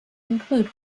include